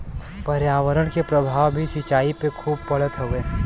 पर्यावरण के प्रभाव भी सिंचाई पे खूब पड़त हउवे